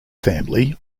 family